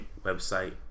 website